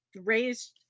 raised